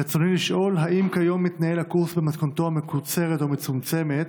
רצוני לשאול: 1. האם כיום מתנהל הקורס במתכונתו המקוצרת והמצומצמת,